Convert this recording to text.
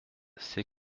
c’est